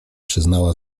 przyznała